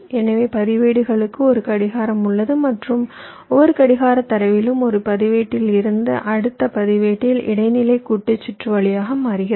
எனவே பதிவேடுகளுக்கு ஒரு கடிகாரம் உள்ளது மற்றும் ஒவ்வொரு கடிகாரத் தரவிலும் ஒரு பதிவேட்டில் இருந்து அடுத்த பதிவேட்டில் இடைநிலை கூட்டு சுற்று வழியாக மாறுகிறது